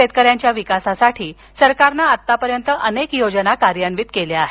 शेतकऱ्यांच्या विकासासाठी सरकारनं आत्तापर्यंत अनेक योजना कार्यान्वित केल्या आहेत